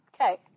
Okay